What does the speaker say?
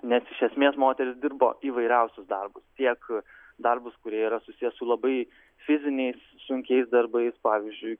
nes iš esmės moterys dirbo įvairiausius darbus tiek darbus kurie yra susiję su labai fiziniais sunkiais darbais pavyzdžiui